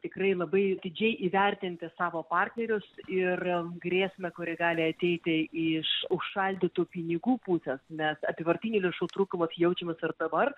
tikrai labai atidžiai įvertinti savo partnerius ir grėsmę kuri gali ateiti iš užšaldytų pinigų pusės nes apyvartinių lėšų trūkumas jaučiamas ir dabar